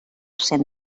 cent